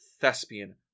thespian